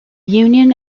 union